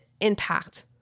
impact